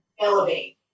elevate